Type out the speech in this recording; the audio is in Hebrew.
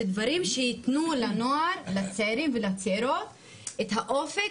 דברים שיתנו לצעירים והצעירות את האופק,